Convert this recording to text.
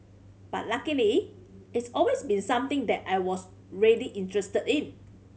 but luckily it's always been something that I was really interested in